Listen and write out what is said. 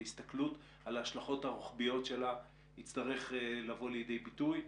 בהסתכלות בהשלכות הרוחביות שלה יצטרך לבוא לידי ביטוי.